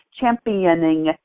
championing